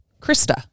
Krista